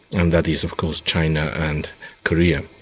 and that is of course china and korea.